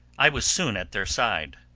i was soon at their side,